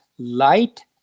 Light